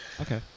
Okay